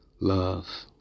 love